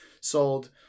sold